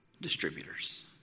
distributors